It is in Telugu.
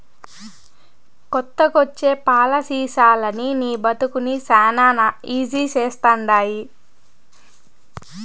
కొత్తగొచ్చే పాలసీలనీ నీ బతుకుని శానా ఈజీ చేస్తండాయి